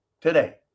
today